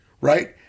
right